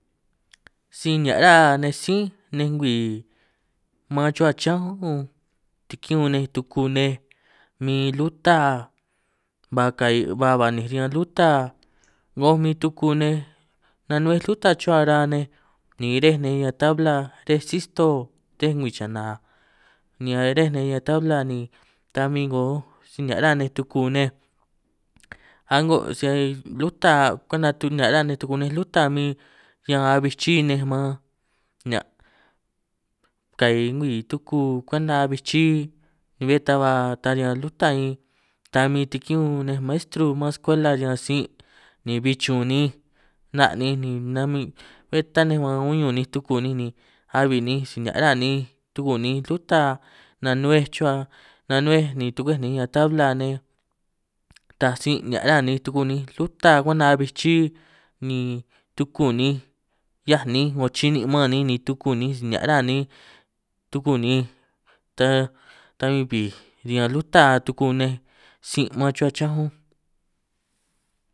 Si nìhià’ râ nej sí nej ngwiì mân chuhuâ chiñán ûnj tiki’ñun nej tukû nej min lûta ba kà’ì ba ba’ninj riñan lûta ‘ngoj min tuku nej nanuej lûta chuhuâ ra’a nej nī re’ej nej riñan tabla re’êj sí stoo re’ej nguiì chànà nī re’ej nej riñan tabla nī ta min ‘ngō si nìhià’ ruhuâ nej tuku nej a’ngô’ si lûta kwenta tunihia’ ruhuâ nej tuku lûta min ñan abbi’ chi’î nej man nìhià’ kà’ì ngwiì tuku kwenta a’bbî chi’î nī bé ta ba ta riñan lûta ta min tiki’ñun nej maestru man skuela riñan sin’ nī bi chūn ninj ‘na’ ninj nī nami’ bé tâ nī uñun ninj tuku ninj nī abi ninj si nìhià’ râ ninj tuku ninj lûta nanuêj chuhuâ nanuêj nī tu tugwej ninj riñan tabla nej taaj sin’ nìhià’ râ nī tuku ninj lûta kwenta a’bbij chi’î nī tuku ninj ‘hiaj ninj ‘ngō chi’nin’ maan ninj nī tuku ninj si nìhià’ râ ninj tuku ninj ta ta bin bbìj riñan lûta tuku nej sin’ mân chuhuâ chiñán únj.